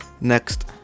next